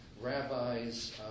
rabbis